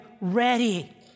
ready